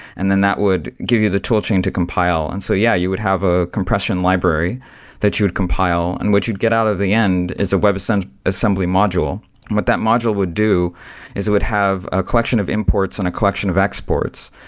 and then that would give you the toolchain to compile. and so yeah, you would have a compression library that you'd compile, and what you'd get out of the end is a webassembly. what that module would do is it would have a collection of imports and a collection of exports,